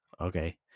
Okay